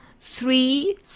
three